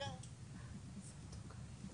שיבחן את הסבירות של ההחלטות.